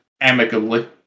amicably